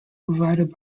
provided